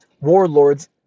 warlords